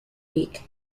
week